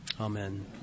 Amen